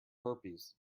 herpes